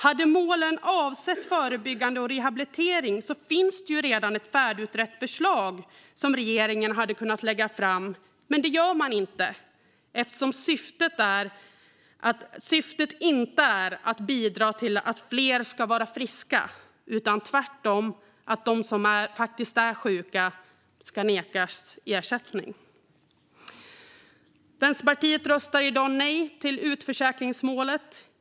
Hade målen avsett förebyggande och rehabilitering finns det ju redan ett färdigutrett förslag som regeringen hade kunnat lägga fram. Men det gör man inte eftersom syftet inte är att bidra till att fler ska vara friska utan tvärtom att de som är faktiskt är sjuka ska nekas ersättning. Vänsterpartiet röstar i dag nej till utförsäkringsmålet.